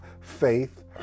faith